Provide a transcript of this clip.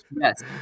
Yes